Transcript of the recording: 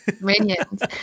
Minions